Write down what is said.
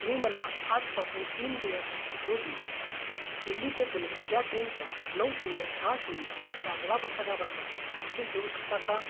तुम्ही मला आजपासून तीन दिवस रोजी दिल्ली ते पुणे या ट्रेनच्या नऊ शून्य सहा शून्यच्या वेळापत्रकाबद्दल तपशील देऊ शकता का